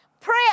prayer